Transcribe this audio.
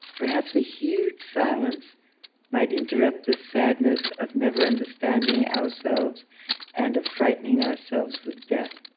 perhaps the huge silence might interrupt this sadness of never understanding ourselves and of frightening ourselves with death.